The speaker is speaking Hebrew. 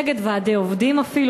נגד ועדי עובדים אפילו,